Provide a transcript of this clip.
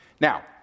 Now